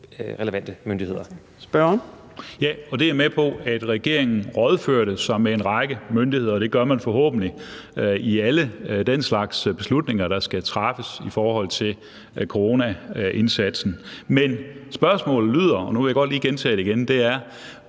Kl. 14:45 Peter Skaarup (DF): Det er jeg med på, altså at regeringen rådførte sig med en række myndigheder, og det gør man forhåbentlig i alle den slags beslutninger, der skal træffes i forhold til coronaindsatsen. Men spørgsmålet lyder, og jeg vil godt lige gentage det: Var der en